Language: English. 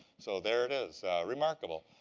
so there it is. remarkable.